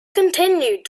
continued